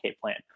plan